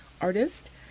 artist